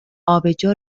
آبجو